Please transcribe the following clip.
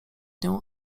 nią